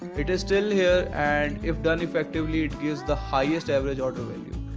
it is still here and if done effectively it gives the highest average order value.